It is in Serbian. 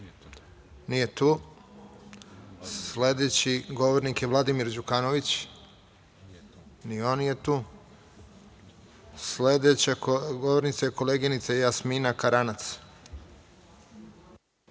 Nije tu. Sledeći govornik je Vladimir Đukanović. Nije tu. Sledeća govornika je koleginica Jasmina Karanac.